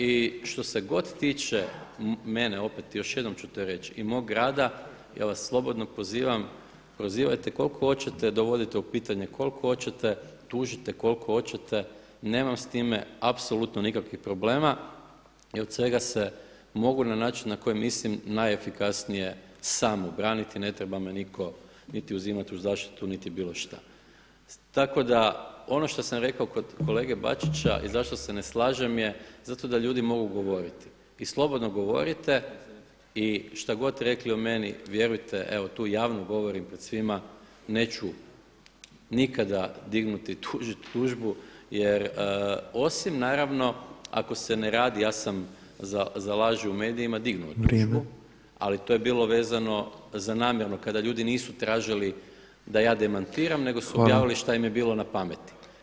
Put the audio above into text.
I što se god tiče mene opet još jednom ću to reći i mog rada ja vas slobodno pozivam prozivajte koliko hoćete, dovodite u pitanje koliko hoćete, tužite koliko hoćete nemam s time apsolutno nikakvih problema i od svega se mogu na način na koji mislim najefikasnije sam obraniti, ne treba me nitko niti uzimati u zaštitu niti bilo šta tako da ono što sam rekao kolege Bačića i zašto se ne slažem je zato da ljudi mogu govorit i slobodno govorite i šta god rekli o meni vjerujte evo tu javno govorim pred svima neću nikada dignuti i tužiti tužbi osim naravno ako se ne radi, ja sam za laž u medijima dignuo tužbu ali to je bilo vezano za namjerno kada ljudi nisu tražili da ja demantiram nego su objavili šta im je bilo na pameti.